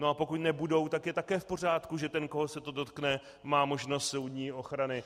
A pokud nebudou, tak je také v pořádku, protože ten, koho se to dotkne, má možnost soudní ochrany.